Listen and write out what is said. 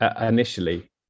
initially